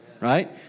Right